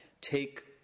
take